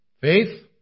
Faith